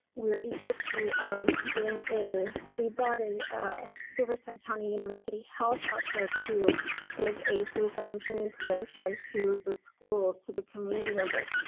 we're able to um bring a. we bought a ah riverside county university health out here to give a suicide and training and prevention to the schools, to the community members,